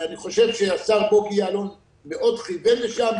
אני חושב שהשר בוגי יעלון מאוד כיוון לשם,